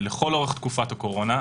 לכל אורך תקופת הקורונה.